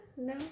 no